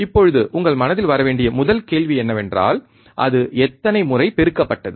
இப்போது உங்கள் மனதில் வர வேண்டிய முதல் கேள்வி என்னவென்றால் அது எத்தனை முறை பெருக்கப்பட்டது